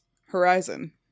Horizon